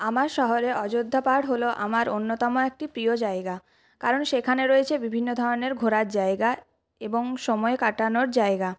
আমার শহরে অযোধ্যা পাহাড় হল আমার অন্যতম একটি প্রিয় জায়গা কারণ সেখানে রয়েছে বিভিন্ন ধরনের ঘোরার জায়গা এবং সময় কাটানোর জায়গা